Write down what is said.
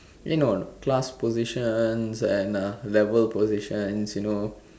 you know or not class positions and level positions you know